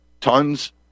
tons